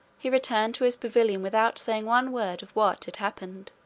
he returned to his pavilion without saying one word of what had happened,